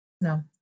No